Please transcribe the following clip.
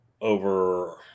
over